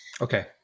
Okay